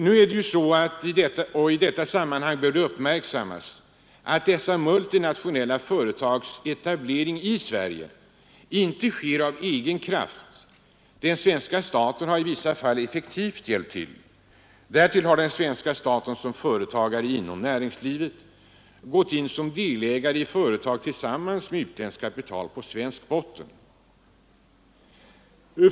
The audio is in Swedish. I detta sammanhang bör dock uppmärksammas att dessa multinationella företags etablering i Sverige inte sker endast av egen kraft; svenska staten har i vissa fall effektivt hjälpt till. Därtill har svenska staten som företagare inom näringslivet direkt gått in som delägare i företag tillsammans med utländskt kapital på svensk botten.